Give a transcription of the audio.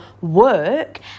work